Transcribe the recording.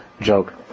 joke